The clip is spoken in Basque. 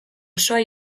osoa